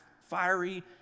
fiery